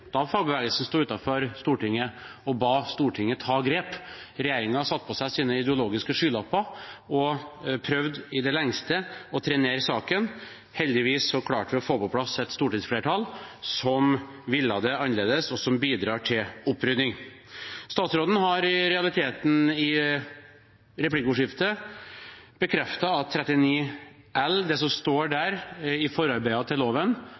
da fagbevegelsen sto utenfor Stortinget og ba Stortinget ta grep. Regjeringen satte på seg sine ideologiske skylapper og prøvde i det lengste å trenere saken. Heldigvis klarte vi å få på plass et stortingsflertall som ville det annerledes, og som bidrar til opprydning. Statsråden har i replikkordskiftet i realiteten bekreftet at det som står i forarbeidene til loven